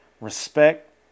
respect